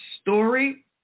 story